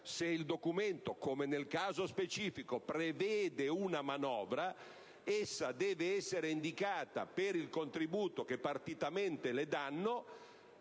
se il Documento - come nel caso specifico - prevede una manovra, in essa devono essere indicati, per il contributo che partitamente le danno,